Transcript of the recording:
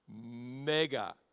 Mega